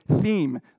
theme